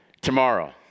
tomorrow